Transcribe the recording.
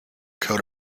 coat